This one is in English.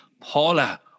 Paula